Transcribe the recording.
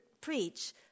preach